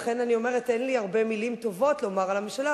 לכן אני אומרת שאין לי הרבה מלים טובות לומר על הממשלה,